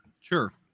Sure